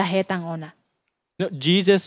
Jesus